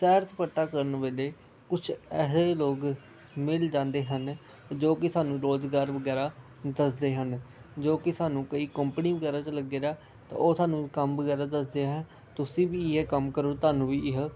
ਸੈਰ ਸਪਾਟਾ ਕਰਨ ਵੇਲੇ ਕੁਛ ਐਸੇ ਲੋਕ ਮਿਲ ਜਾਂਦੇ ਹਨ ਜੋ ਕਿ ਸਾਨੂੰ ਰੁਜ਼ਗਾਰ ਵਗੈਰਾ ਦੱਸਦੇ ਹਨ ਜੋ ਕਿ ਸਾਨੂੰ ਕਈ ਕੰਪਨੀ ਵਗੈਰਾ 'ਚ ਲੱਗਿਆ ਤਾਂ ਉਹ ਸਾਨੂੰ ਕੰਮ ਵਗੈਰਾ ਦੱਸਦੇ ਹੈ ਤੁਸੀਂ ਵੀ ਇਹ ਕੰਮ ਕਰੋ ਤੁਹਾਨੂੰ ਵੀ ਇਹ